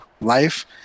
life